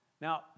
Now